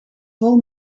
vol